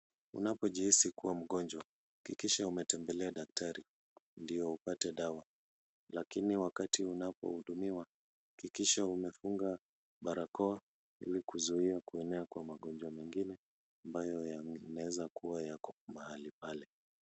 Unapojihisi kuwa mgonjwa hakikisha umetembelea daktari ndio upate dawa , lakini wakati unapohudumiwa hakikisha umefunga barakoa ili kuzuia kuenea kwa magonjwa mengine ambayo yanaweza kua mahali pale.